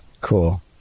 Cool